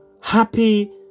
Happy